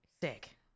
Sick